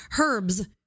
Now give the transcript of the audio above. herbs